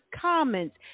comments